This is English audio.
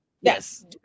Yes